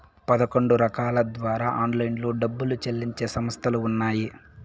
పదకొండు రకాల ద్వారా ఆన్లైన్లో డబ్బులు చెల్లించే సంస్థలు ఉన్నాయి